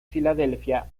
filadelfia